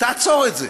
תעצור את זה.